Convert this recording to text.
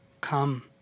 come